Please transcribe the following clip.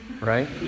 right